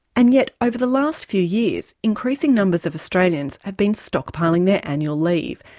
and yet over the last few years, increasing numbers of australians have been stockpiling their annual leave,